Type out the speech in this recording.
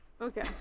Okay